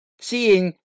seeing